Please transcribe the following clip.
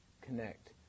connect